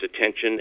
attention